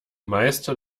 meister